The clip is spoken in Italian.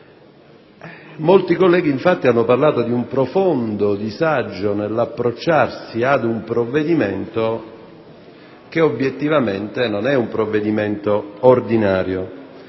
Molti colleghi, infatti, hanno parlato di un profondo disagio nell'approcciarsi ad un provvedimento che, obiettivamente, non è ordinario.